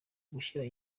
gushyira